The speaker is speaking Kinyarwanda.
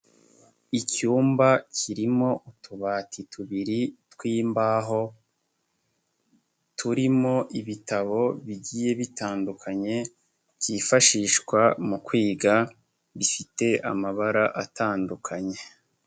Icyumba kirimo utubati tubiri tw'imbaho, turimo ibitabo bigiye bitandukanye, byifashishwa mu kwiga, bifite amabara atandukanye.